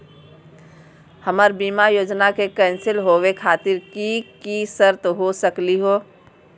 हमर बीमा योजना के कैन्सल होवे खातिर कि कि शर्त हो सकली हो?